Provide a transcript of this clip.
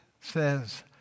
says